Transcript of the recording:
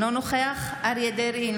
אינו נוכח אריה מכלוף דרעי,